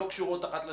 לא.